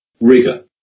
Rigor